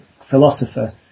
philosopher